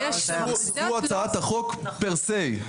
זו הצעת החוק פר-סה.